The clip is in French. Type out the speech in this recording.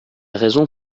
raison